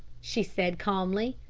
she said calmly.